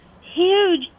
huge